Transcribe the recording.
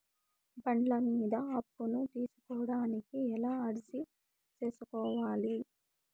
బండ్ల మీద అప్పును తీసుకోడానికి ఎలా అర్జీ సేసుకోవాలి?